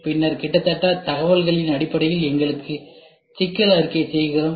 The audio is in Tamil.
பின்னர் கிடைத்த தகவல்களின் அடிப்படையில் எங்களுக்கு சிக்கல் அறிக்கை செய்கிறோம்